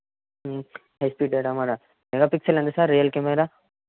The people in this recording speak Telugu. హెచ్పీ డేటా మెగాపిక్సెల్ ఎంత సార్ రియల్ కెమెరా